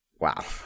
wow